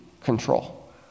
control